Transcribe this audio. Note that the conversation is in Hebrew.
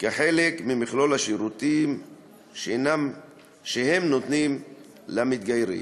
כחלק ממכלול השירותים שהם נותנים למתגיירים.